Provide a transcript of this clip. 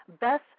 Beth